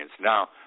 Now